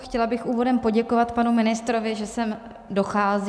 Chtěla bych úvodem poděkovat panu ministrovi, že sem dochází.